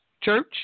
Church